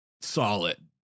solid